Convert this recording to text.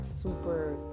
super